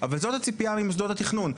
אבל זו הציפייה ממוסדות התכנון.